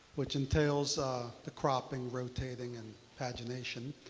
which entails the cropping, rotating and pagination.